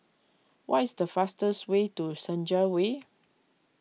what is the fastest way to Senja Way